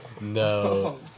no